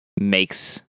makes